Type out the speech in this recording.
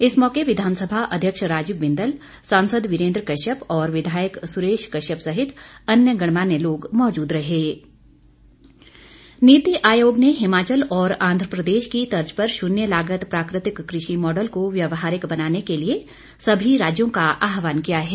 इस मौके विधानसभा अध्यक्ष राजीव बिंदल सांसद वीरेन्द्र कश्यप और विधायक सुरेश कश्यप सहित अन्य गणमान्य लोग मौजूद नीति आयोग नीति आयोग ने हिमाचल और आंध्रप्रदेश की तर्ज पर शून्य लागत प्राकृतिक कृषि मॉडल को व्यवहारिक बनाने के लिए सभी राज्यों का आहवान किया है